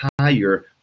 higher